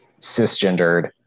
cisgendered